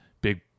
big